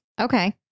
Okay